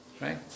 right